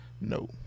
no